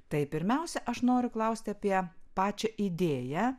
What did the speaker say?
tai pirmiausia aš noriu klausti apie pačią idėją